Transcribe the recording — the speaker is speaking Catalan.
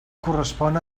correspon